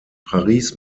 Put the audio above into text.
paris